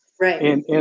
Right